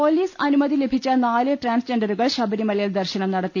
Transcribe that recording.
police അനുമതി ലഭിച്ച നാല് ട്രാൻസ്ജെൻഡറുകൾ ശബ രിമലയിൽ ദർശനം നടത്തി